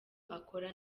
akora